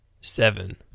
seven